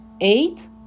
eight